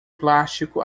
plástico